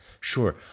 Sure